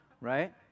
right